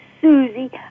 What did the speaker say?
Susie